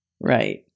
Right